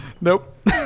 Nope